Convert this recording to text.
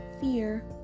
fear